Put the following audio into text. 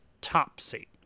Topsy